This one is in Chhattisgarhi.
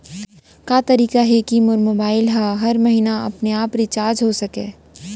का तरीका हे कि मोर मोबाइल ह हर महीना अपने आप रिचार्ज हो सकय?